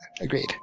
Agreed